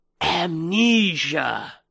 amnesia